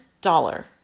dollar